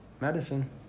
medicine